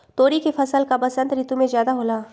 तोरी के फसल का बसंत ऋतु में ज्यादा होला?